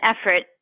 effort